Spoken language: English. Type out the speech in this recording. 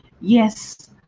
Yes